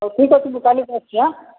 ହଉ ଠିକ୍ ଅଛି ମୁଁ କାଲିିକି ଆସୁଛି